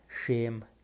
shame